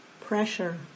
pressure